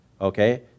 Okay